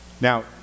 Now